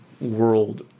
world